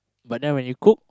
but then when you cook